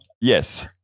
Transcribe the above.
Yes